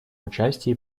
участие